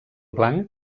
blanc